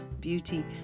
beauty